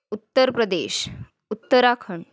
Uttar Pradesh Uttarakhand